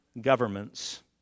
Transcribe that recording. governments